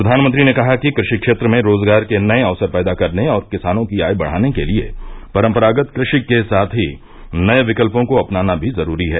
प्रधानमंत्री ने कहा कि कृषि क्षेत्र में रोजगार के नये अवसर पैदा करने और किसानों की आय बढ़ाने के लिए परंपरागत कृषि के साथ ही नये विकल्पों को अपनाना भी जरूरी है